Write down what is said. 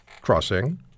crossing